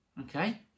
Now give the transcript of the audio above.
Okay